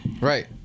Right